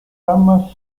ramas